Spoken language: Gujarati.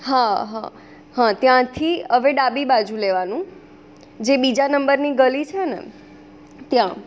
હા હા હ ત્યાંથી હવે ડાબી બાજુ લેવાનું જે બીજા નંબરની ગલી છે ને ત્યાં